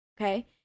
okay